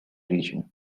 region